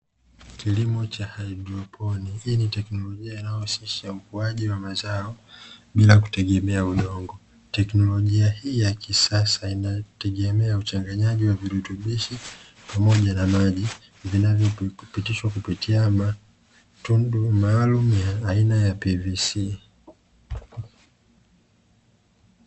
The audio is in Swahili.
Kilimo cha haidroponi, hii ni teknolojia inayohusisha ukuaji wa mazao bila kutegemea udongo, teknolojia hii ya kisasa inayotegemea uchanganyaji wa virutubisho, pamoja na maji vinavyopitishwa kupitia matundu maaalumu ya aina ya ''PVC''.